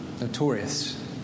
notorious